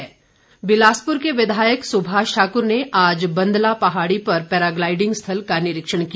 सुमाष ठाकुर बिलासपुर के विधायक सुभाष ठाकुर ने आज बंदला पहाड़ी पर पैराग्लाईडिंग स्थल का निरीक्षण किया